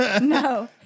No